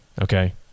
Okay